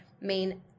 main